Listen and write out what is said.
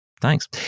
thanks